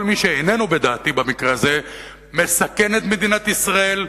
כל מי שאיננו בדעתי במקרה הזה מסכן את מדינת ישראל,